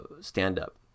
stand-up